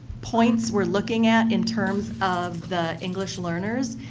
points we're looking at in terms of the english learners.